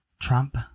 Trump